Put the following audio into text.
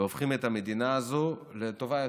והופכים את המדינה הזו לטובה יותר.